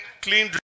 clean